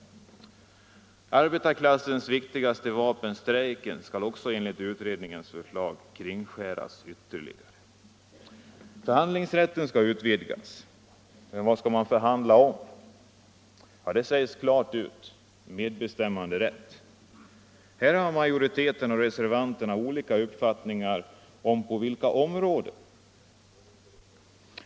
Arbetarklassens viktigaste vapen — strejken — skall enligt utredningens förslag kringskäras ytterligare. Förhandlingsrätten skall utvidgas. Men vad skall man förhandla om? Detta sägs klart ut: medbestämmanderätt. Här har majoriteten och reservanterna olika uppfattningar om på vilka områden det skall ske.